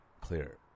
clear